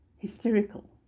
hysterical